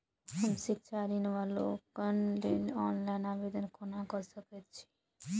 हम शिक्षा ऋण वा लोनक लेल ऑनलाइन आवेदन कोना कऽ सकैत छी?